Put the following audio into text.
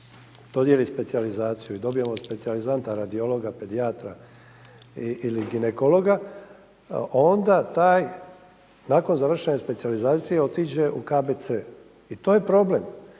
dodijeli specijalizaciju i dobijemo specijalizanta, radiologa, pedijatra ili ginekologa, onda taj nakon završene specijalizacije otiđe u KBC. I to je problem,